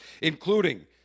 including